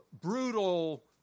brutal